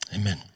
Amen